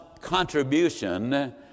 contribution